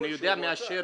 אני יודע,